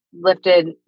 lifted